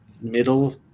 middle